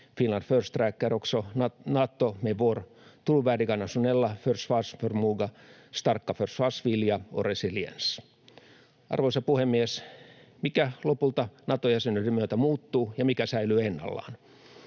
Finland förstärker också Nato med vår trovärdiga nationella försvarsförmåga, starka försvarsvilja och resiliens. Arvoisa puhemies! Mikä lopulta Nato-jäsenyyden myötä muuttuu ja mikä säilyy ennallaan?